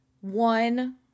One